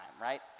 right